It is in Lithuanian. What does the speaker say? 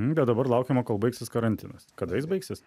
bet dabar laukiama kol baigsis karantinas kada jis baigsis